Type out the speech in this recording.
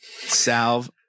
salve